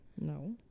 No